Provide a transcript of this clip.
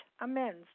amends